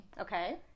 Okay